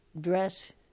dress